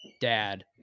dad